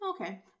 Okay